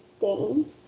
Dane